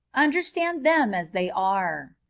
under stand them as they are,